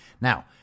Now